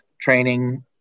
training